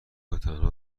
وتنها